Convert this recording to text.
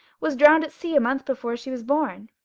was drowned at sea a month before she was born.